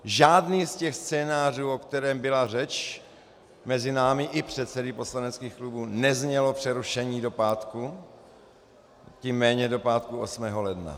Žádný z těch scénářů, o kterém byla řeč mezi námi i předsedy poslaneckých klubů, neznělo přerušení do pátku, tím méně do pátku 8. ledna.